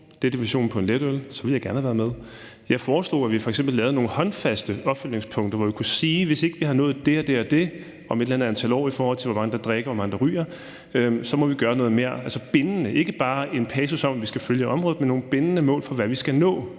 det er definitionen på en letøl; så ville jeg gerne have været med. Jeg foreslog, at vi f.eks. lavede nogle håndfaste opfølgningspunkter, så vi kunne sige, at hvis ikke vi har nået det, det og det om et eller andet antal år, i forhold til hvor mange der drikker og hvor mange der ryger, så må vi gør noget mere. Det skal være bindende og ikke bare en passus om, at vi skal følge området, men nogle bindende mål for, hvad vi skal nå.